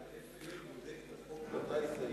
ה-FAA בודק את חוק הטיס הישראלי?